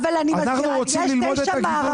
אנחנו רוצים ללמוד את הגידול.